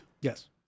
Yes